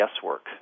guesswork